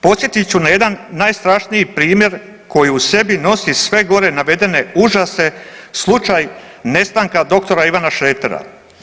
Podsjetit ću na jedan najstrašniji primjer koji u sebi nosi sve gore navedene užase, slučaj nestanka doktora Ivana Šretera.